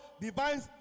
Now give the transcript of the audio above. Divine